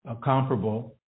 comparable